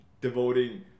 devoting